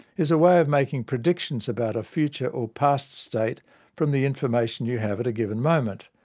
is a way of making predictions about a future or past state from the information you have at a given moment.